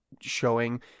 showing